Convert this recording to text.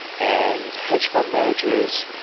and hedge fund managers,